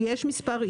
כשיש מספר,